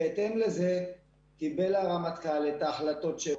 בהתאם לזה קיבל הרמטכ"ל את ההחלטות שלו.